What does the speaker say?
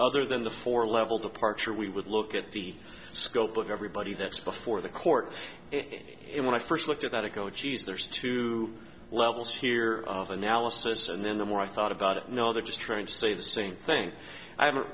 other than the four level departure we would look at the scope of everybody that's before the court when i first looked at it go geez there's two levels here of analysis and then the more i thought about it no they're just trying to say the same thing i